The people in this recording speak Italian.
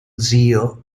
zio